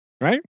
right